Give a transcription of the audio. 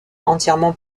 entièrement